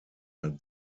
hat